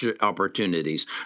opportunities